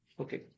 Okay